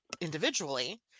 individually